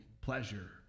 pleasure